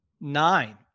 Nine